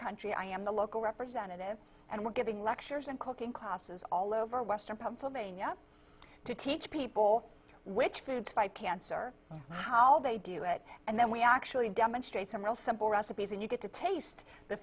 country i am the local representative and we're giving lectures and cooking classes all over western pennsylvania to teach people which foods fight cancer how they do it and then we actually demonstrate some real simple recipes and you get to taste the